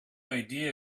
idea